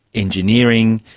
engineering,